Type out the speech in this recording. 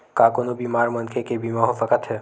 का कोनो बीमार मनखे के बीमा हो सकत हे?